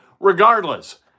Regardless